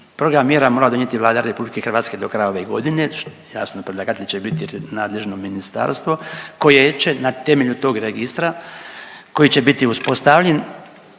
program mjera mora donijeti Vlada Republike Hrvatske do kraja ove godine, jasno predlagatelj će biti nadležno ministarstvo koje će na temelju tog registra koji će biti uspostavljen